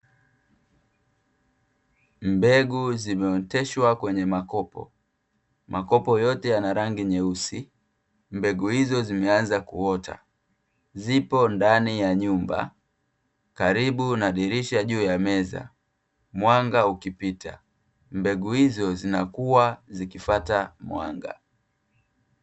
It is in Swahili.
Mbegu zimeoteshwa kwenye makopo, makopo yote yana rangi nyeusi. Mbegu hizo zimeanza kuota, zipo ndani ya nyumba karibu na dirisha juu ya meza, mwanga ukipita, mbegu hizi zinakua zikifwata mwanga.